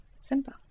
simple